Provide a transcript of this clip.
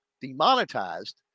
demonetized